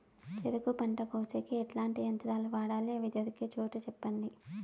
చెరుకు పంట కోసేకి ఎట్లాంటి యంత్రాలు వాడాలి? అవి దొరికే చోటు చెప్పండి?